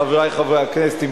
חברי חברי הכנסת,